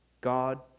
God